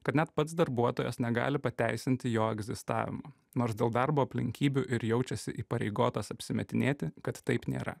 kad net pats darbuotojas negali pateisinti jo egzistavimo nors dėl darbo aplinkybių ir jaučiasi įpareigotas apsimetinėti kad taip nėra